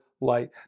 light